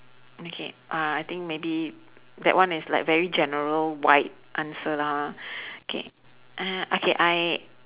okay uh I think maybe that one is like very general wide answer lah okay uh okay I